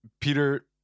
Peter